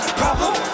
problem